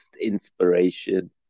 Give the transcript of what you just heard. inspiration